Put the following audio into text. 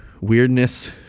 weirdness